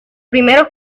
primeros